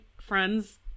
friends